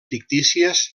fictícies